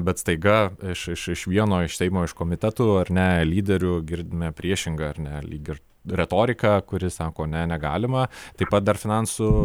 bet staiga iš iš iš vieno iš seimo iš komitetų ar ne lyderių girdime priešingą ar ne lyg ir retoriką kuri sako ne negalima taip pat dar finansų